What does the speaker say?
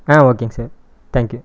ஆ ஓகேங்க sir thank you